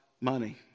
money